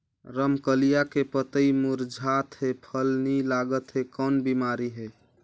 रमकलिया के पतई मुरझात हे फल नी लागत हे कौन बिमारी हे?